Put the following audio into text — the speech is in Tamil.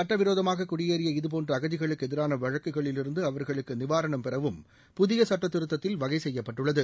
சட்ட விரோதமாக குடியேறிய இதுபோன்ற அகதிகளுக்கு எதிரான வழக்குகளிலிருந்து அவர்களுக்கு நிவாரணம் பெறவும் புதிய சட்ட திருத்தத்தில் வகை செய்யப்பட்டுள்ளது